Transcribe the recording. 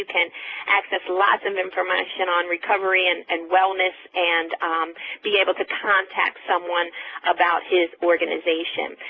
can access lots of information on recovery and and wellness and be able to contact someone about his organization.